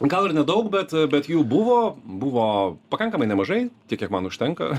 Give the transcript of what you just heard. gal ir nedaug bet bet jų buvo buvo pakankamai nemažai tiek kiek man užtenka